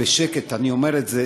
בשקט אני אומר את זה,